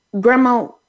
grandma